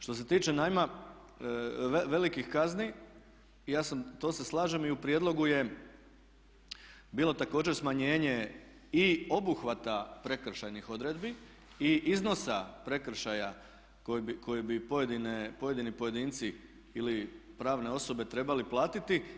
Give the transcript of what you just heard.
Što se tiče najma i velikih kazni to se slažem i u prijedlogu je bilo također smanjenje i obuhvata prekršajnih odredbi i iznosa prekršaja koji bi pojedini pojedinci ili pravne osobe trebali platiti.